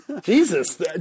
jesus